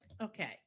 Okay